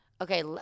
Okay